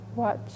Watch